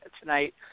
tonight